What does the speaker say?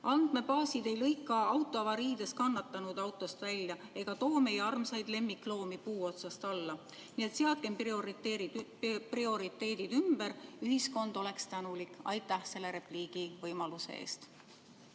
andmebaasid ei lõika autoavariides kannatanuid autost välja ega too meie armsaid lemmikloomi puu otsast alla. Seadkem prioriteedid ümber, ühiskond oleks tänulik. Aitäh selle repliigivõimaluse eest!